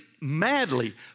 madly